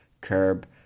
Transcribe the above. curb